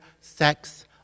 sex